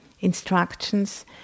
instructions